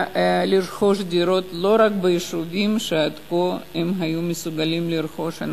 לרכוש דירות לא רק ביישובים שעד כה הם היו מסוגלים לרכוש בהם.